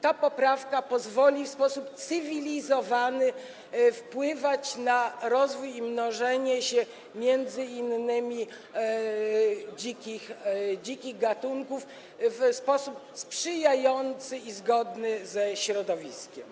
Ta poprawka pozwoli w sposób cywilizowany wpływać na rozwój i mnożenie się m.in. dzikich gatunków w sposób sprzyjający i zgodny ze środowiskiem.